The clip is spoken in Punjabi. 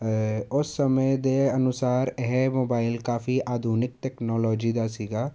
ਉਸ ਸਮੇਂ ਦੇ ਅਨੁਸਾਰ ਇਹ ਮੋਬਾਇਲ ਕਾਫੀ ਆਧੁਨਿਕ ਟੈਕਨੋਲੋਜੀ ਦਾ ਸੀਗਾ